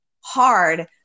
hard